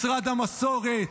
משרד המסורת,